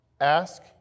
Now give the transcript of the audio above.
ask